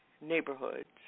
neighborhoods